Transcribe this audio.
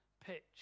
pitch